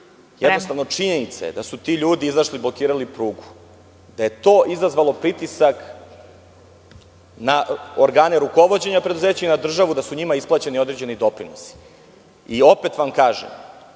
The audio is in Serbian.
govorim. Jednostavno, činjenica je da su ti ljudi izašli i blokirali prugu, da je to izazvalo pritisak na organe rukovođenja preduzeća i na državu i da su njima isplaćeni određeni doprinosi. Opet vam kažem,